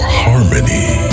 harmony